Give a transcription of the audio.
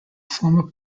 former